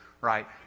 right